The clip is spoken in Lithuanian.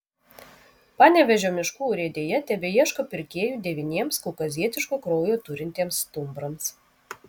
panevėžio miškų urėdija tebeieško pirkėjų devyniems kaukazietiško kraujo turintiems stumbrams